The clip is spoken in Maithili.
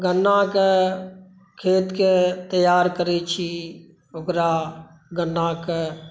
गन्नाके खेतके तैआर करै छी ओकरा गन्नाके